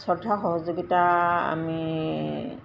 শ্ৰদ্ধা সহযোগিতা আমি